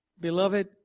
Beloved